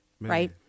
Right